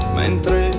mentre